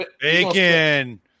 Bacon